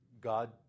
God